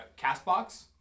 Castbox